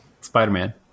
Spider-Man